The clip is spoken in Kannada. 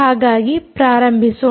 ಹಾಗಾಗಿ ಪ್ರಾರಂಭಿಸೋಣ